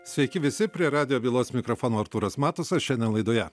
sveiki visi prie radijo bylos mikrofono artūras matusas šiandien laidoje